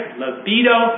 libido